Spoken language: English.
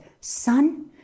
son